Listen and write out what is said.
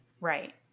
Right